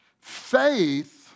faith